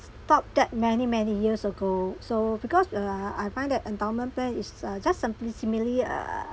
stopped that many many years ago so because uh ah I find that endowment plan is uh just simply similarly ugh